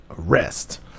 arrest